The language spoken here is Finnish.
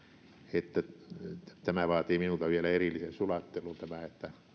että se vaatii minulta vielä erillisen sulattelun että